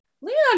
Leon